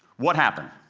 what happened?